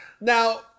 Now